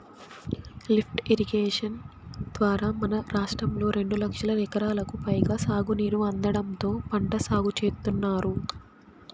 lift irrigation ద్వారా మన రాష్ట్రంలో రెండు లక్షల ఎకరాలకు పైగా సాగునీరు అందడంతో పంట సాగు చేత్తున్నారు